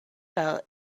fell